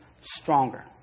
stronger